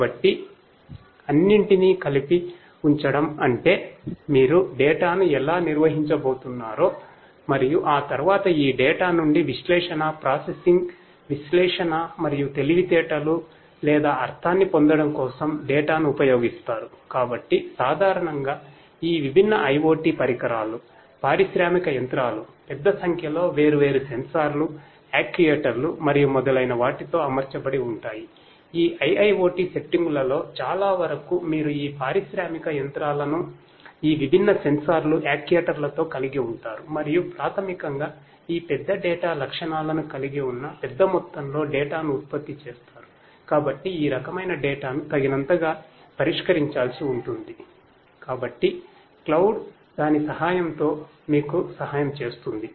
కాబట్టి అన్నింటినీ కలిపి ఉంచడం అంటే మీరు డేటా ను తగినంతగా పరిష్కరించాల్సి ఉంటుంది